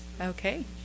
Okay